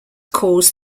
cause